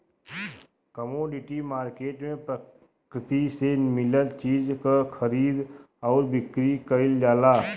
commodity market में प्रकृति से मिलल चीज क खरीद आउर बिक्री कइल जाला